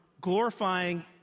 glorifying